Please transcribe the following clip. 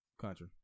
country